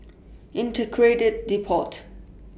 Integrated Depot